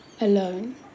alone